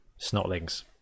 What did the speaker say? Snotlings